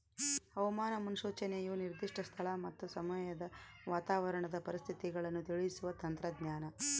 ಹವಾಮಾನ ಮುನ್ಸೂಚನೆಯು ನಿರ್ದಿಷ್ಟ ಸ್ಥಳ ಮತ್ತು ಸಮಯದ ವಾತಾವರಣದ ಪರಿಸ್ಥಿತಿಗಳನ್ನು ತಿಳಿಸುವ ತಂತ್ರಜ್ಞಾನ